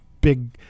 big